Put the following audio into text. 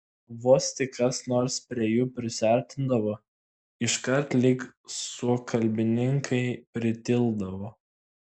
vos tik kas nors prie jų prisiartindavo iškart lyg suokalbininkai pritildavo